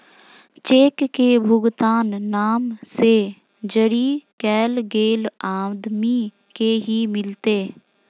cheque के भुगतान नाम से जरी कैल गेल आदमी के ही मिलते